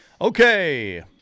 Okay